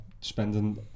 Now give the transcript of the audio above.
spending